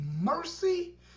mercy